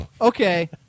Okay